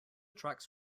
tracks